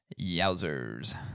yowzers